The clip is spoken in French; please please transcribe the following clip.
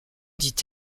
dit